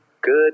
Good